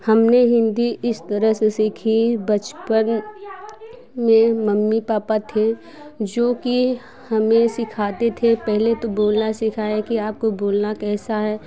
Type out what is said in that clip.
हमने हिंदी इस तरह से सीखी बचपन में मम्मी पापा थे जो की हमें सिखाते थे पहले तो बोलना सिखाया कि आपको बोलना कैसा है